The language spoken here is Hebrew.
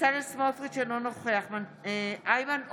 בצלאל סמוטריץ' אינו נוכח איימן עודה,